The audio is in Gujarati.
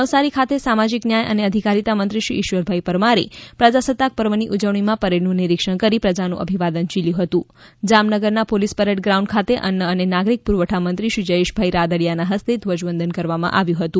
નવસારી ખાતે સામાજીક ન્યાય અને અધિકારીતા મંત્રી શ્રી ઈશ્વરભાઈ પરમારે પ્રજાસત્તાક પર્વની ઉજવણીમાં પરેડનુ નિરીક્ષણ કરી પ્રજાનું અભિવાદન ઝીલ્યું હતું જામનગરના પોલીસ પરેડ ગ્રાઉન્ડ ખાતે અન્ન અને નાગરિક પુરવઠા મંત્રીશ્રી જયેશભાઇ રાદડિયાના હસ્તેપ ધ્વરજવંદન કરવામાં આવ્યું હતું